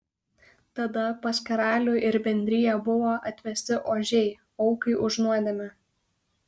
tada pas karalių ir bendriją buvo atvesti ožiai aukai už nuodėmę